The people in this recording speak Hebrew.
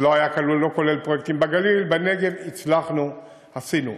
זה לא כלל פרויקטים בגליל ובנגב, הצלחנו, עשינו.